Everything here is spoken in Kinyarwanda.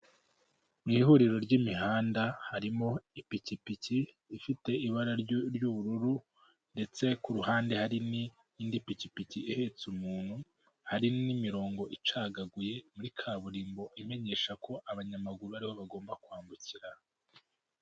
Mu ihuriro ry'imihanda harimo ipikipiki ifite ibara ry'ubururu ndetse ku ruhande hari n'indi pikipiki ihetse umuntu hari n'imirongo icagaguye muri kaburimbo imenyesha ko abanyamaguru ariho bagomba kwambukira.